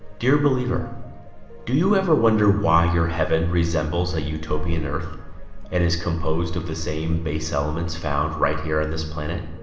dear believer do you ever wonder? why your heaven resembles a utopian earth and is composed of the same base elements found right here on this planet?